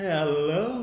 Hello